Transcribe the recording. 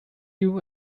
you